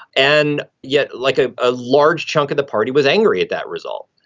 and yet, like a ah large chunk of the party was angry at that result.